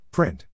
Print